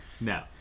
No